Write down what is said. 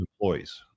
employees